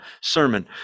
sermon